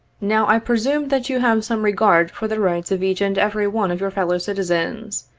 now i presume that you have some regard for the rights of each and every one of your fellow citizens,